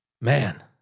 man